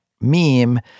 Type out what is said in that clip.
meme